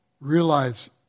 realize